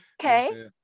Okay